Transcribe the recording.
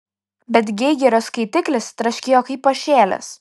bet geigerio skaitiklis traškėjo kaip pašėlęs